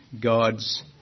God's